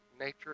nature